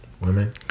women